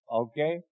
Okay